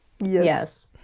Yes